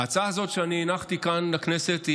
ההצעה הזאת שאני הנחתי כאן בכנסת היא